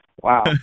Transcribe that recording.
Wow